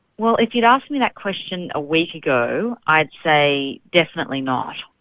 well if you'd asked me that question a week ago i'd say definitely not.